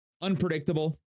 unpredictable